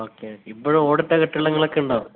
okay ഇപ്പോഴും ഓടിട്ട കെട്ടിടങ്ങളൊക്കെ ഉണ്ടോ